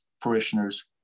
parishioners